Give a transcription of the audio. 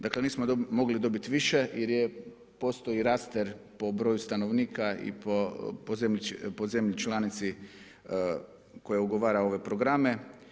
Dakle nismo mogli dobiti više jer postoji raster po broju stanovnika i po zemlji članici koja ugovora ove programe.